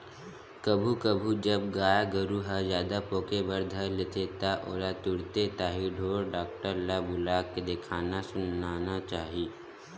कभू कभू जब गाय गरु ह जादा पोके बर धर ले त ओला तुरते ताही ढोर डॉक्टर ल बुलाके देखाना सुनाना चाही